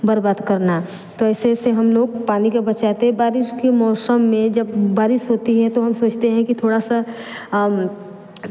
बर्बाद करना तो ऐसे से हम लोग पानी को बचाते बारिश के मौसम में जब बारिश होती है तो हम सोचते हैं कि थोड़ा सा